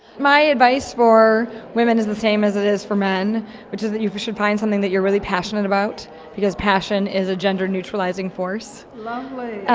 my advice for women is the same as it is for men which is that you should find something that you're really passionate about because passion is a gender neutralizing force. lovely!